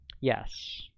Yes